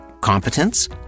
Competence